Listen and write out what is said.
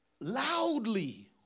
loudly